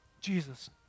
Jesus